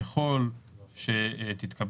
כפועל יוצא, נוצר הפסד בהכנסות של העיריות.